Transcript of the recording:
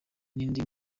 n’indi